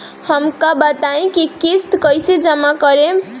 हम का बताई की किस्त कईसे जमा करेम?